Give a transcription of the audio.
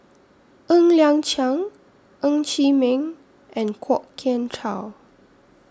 Ng Liang Chiang Ng Chee Meng and Kwok Kian Chow